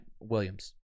Williams